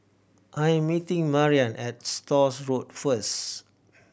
I am meeting Mariann at Stores Road first